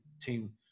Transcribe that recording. team